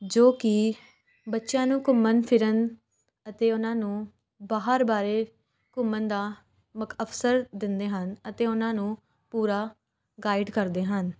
ਜੋ ਕਿ ਬੱਚਿਆਂ ਨੂੰ ਘੁੰਮਣ ਫਿਰਨ ਅਤੇ ਉਹਨਾਂ ਨੂੰ ਬਾਹਰ ਬਾਰੇ ਘੁੰਮਣ ਦਾ ਮਕ ਅਵਸਰ ਦਿੰਦੇ ਹਨ ਅਤੇ ਉਹਨਾਂ ਨੂੰ ਪੂਰਾ ਗਾਈਡ ਕਰਦੇ ਹਨ